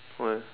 why